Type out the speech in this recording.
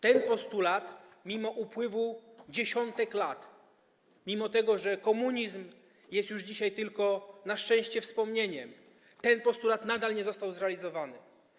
Ten postulat mimo upływu dziesiątek lat, mimo że komunizm jest już dzisiaj tylko na szczęście wspomnieniem, nadal nie został zrealizowany.